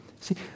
See